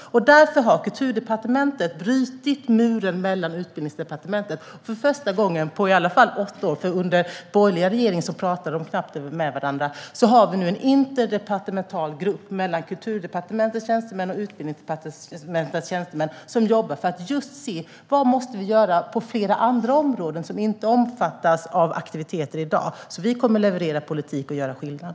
Därför har Kulturdepartementet brutit muren mellan Kulturdepartementet och Utbildningsdepartementet för första gången på i varje fall åtta år. Under den borgerliga regeringen talade de knappt med varandra. Vi har nu en interdepartemental grupp mellan Kulturdepartementets och Utbildningsdepartementets tjänstemän som jobbar för att se: Vad måste vi göra på flera andra områden som i dag inte omfattas av aktiviteter? Vi kommer att leverera politik och göra skillnad.